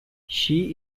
she